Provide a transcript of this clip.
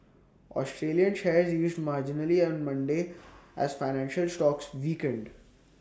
Australian shares eased marginally on Monday as financial stocks weakened